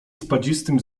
spadzistym